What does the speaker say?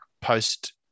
post